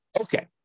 Okay